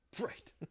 Right